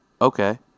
Okay